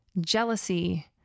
jealousy